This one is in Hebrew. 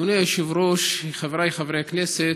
אדוני היושב-ראש, חבריי חברי הכנסת,